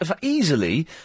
easily